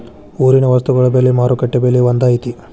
ಊರಿನ ವಸ್ತುಗಳ ಬೆಲೆ ಮಾರುಕಟ್ಟೆ ಬೆಲೆ ಒಂದ್ ಐತಿ?